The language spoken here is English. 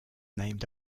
named